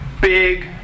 big